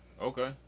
Okay